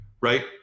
right